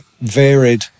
varied